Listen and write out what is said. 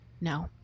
No